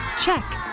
Check